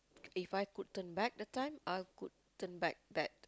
If I could turn back the time I could turn back that